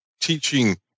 teaching